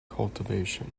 cultivation